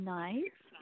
nice